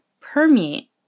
permeate